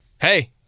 Hey